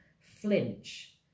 flinch